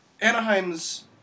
Anaheim's